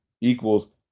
equals